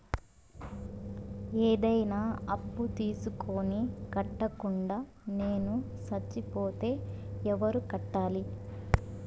ఏదైనా అప్పు తీసుకొని కట్టకుండా నేను సచ్చిపోతే ఎవరు కట్టాలి?